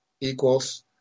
equals